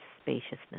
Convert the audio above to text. spaciousness